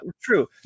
True